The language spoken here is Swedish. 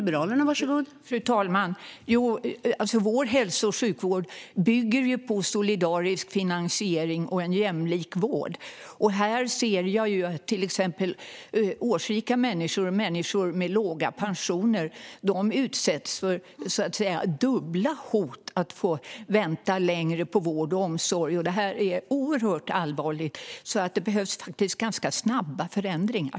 Fru talman! Vår hälso och sjukvård bygger på solidarisk finansiering och en jämlik vård. Exempelvis årsrika människor och människor med låga pensioner utsätts så att säga för dubbla hot och får vänta längre på vård och omsorg. Detta är oerhört allvarligt, så det behövs ganska snabba förändringar.